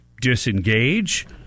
disengage